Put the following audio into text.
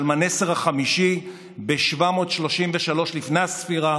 שלמנסר החמישי בשנת 733 לפני הספירה